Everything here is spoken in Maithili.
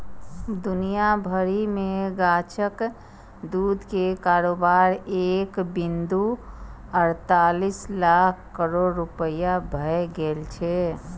दुनिया भरि मे गाछक दूध के कारोबार एक बिंदु अड़तालीस लाख करोड़ रुपैया भए गेल छै